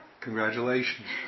Congratulations